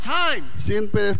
time